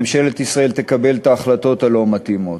ממשלת ישראל תקבל את ההחלטות הלא-מתאימות.